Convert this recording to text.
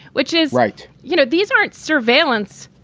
which is right. you know, these aren't surveillance